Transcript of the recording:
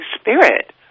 spirit